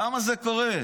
למה זה קורה?